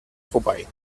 vorbei